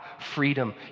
freedom